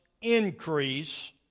increase